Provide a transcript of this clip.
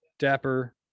Dapper